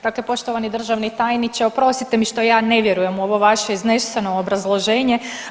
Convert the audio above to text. Dakle poštovani državni tajniče, oprostite mi što ja ne vjerujem u ovo vaše izneseno obrazloženje.